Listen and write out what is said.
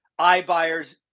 iBuyers